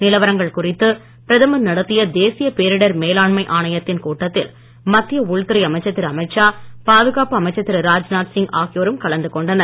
நிலவரங்கள் குறித்து பிரதமர் நடத்திய தேசிய பேரிடர் மேலாண்மை ஆணையத்தின் கூட்டத்தில் மத்திய உள்துறை அமைச்சர் திரு அமீத் ஷா பாதுகாப்பு அமைச்சர் திரு ராஜ்நாத் சிங் ஆகியோரும் கலந்து கொண்டனர்